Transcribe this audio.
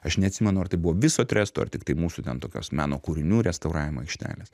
aš neatsimenu ar tai buvo viso tresto ar tiktai mūsų ten tokios meno kūrinių restauravimo aikštelės